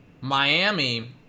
Miami